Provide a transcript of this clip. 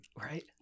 Right